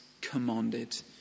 commanded